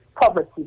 poverty